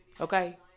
Okay